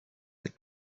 the